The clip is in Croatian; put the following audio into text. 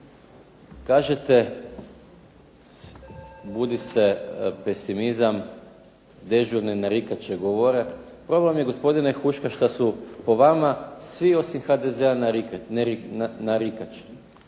Kažete budi se pesimizam, dežurne narikače govore. Problem je gospodine Huška što su po vama svi osim HDZ-a narikače.